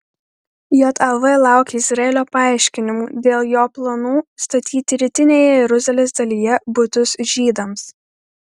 jav laukia izraelio paaiškinimų dėl jo planų statyti rytinėje jeruzalės dalyje butus žydams